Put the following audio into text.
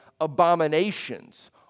abominations